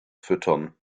füttern